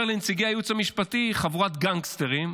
אומר לנציגי הייעוץ המשפטי: חבורת גנגסטרים,